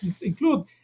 include